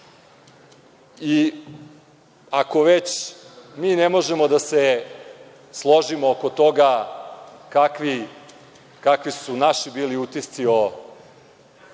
već mi ne možemo da se složimo oko toga kakvi su naši bili utisci o